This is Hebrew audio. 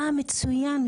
מצוין.